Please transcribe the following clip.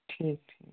ठीक ठीक